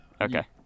okay